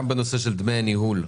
גם בנושא של דמי ניהול.